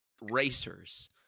racers